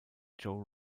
joe